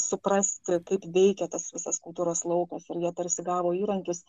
suprasti kaip veikia tas visas kultūros laukas ir jie tarsi gavo įrankius